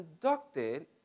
conducted